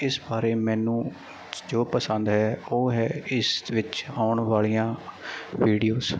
ਇਸ ਬਾਰੇ ਮੈਨੂੰ ਜੋ ਪਸੰਦ ਹੈ ਉਹ ਹੈ ਇਸ ਵਿੱਚ ਆਉਣ ਵਾਲੀਆਂ ਵੀਡੀਓਜ